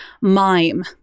mime